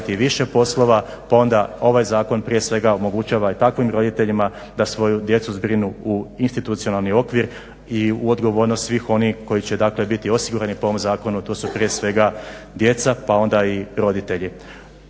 i više poslova pa onda ovaj zakon prije svega omogućava i takvim roditeljima da svoju djecu zbrinu u institucionalni okvir i u odgovornost svih onih koji će dakle biti osigurani po ovom zakonu, a to su prije svega djeca pa onda i roditelji.